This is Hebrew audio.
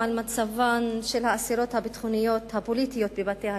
מצבן של האסירות הפוליטיות בבתי-הכלא.